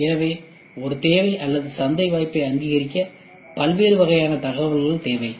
எனவே ஒரு தேவை அல்லது சந்தை வாய்ப்பை அங்கீகரிக்க பல்வேறு வகையான தகவல்கள் தேவைப்படும்